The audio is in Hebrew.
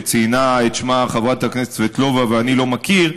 שחברת הכנסת סבטלובה ציינה את שמה ואני לא מכיר,